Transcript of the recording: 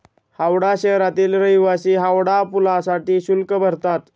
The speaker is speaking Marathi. हावडा शहरातील रहिवासी हावडा पुलासाठी शुल्क भरतात